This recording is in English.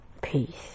Peace